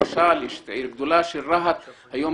יש למשל את העיר הגדולה רהט שהיא היום